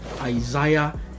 isaiah